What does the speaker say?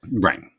right